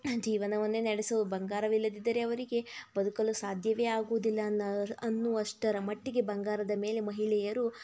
ಜೀವನವನ್ನೇ ನಡೆಸುವ ಬಂಗಾರವಿಲ್ಲದಿದ್ದರೆ ಅವರಿಗೆ ಬದುಕಲು ಸಾಧ್ಯವೇ ಆಗುವುದಿಲ್ಲ ಅನ್ನೋವ್ರ ಅನ್ನುವಷ್ಟರ ಮಟ್ಟಿಗೆ ಬಂಗಾರದ ಮೇಲೆ ಮಹಿಳೆಯರು